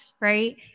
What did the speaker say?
Right